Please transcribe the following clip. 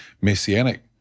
Messianic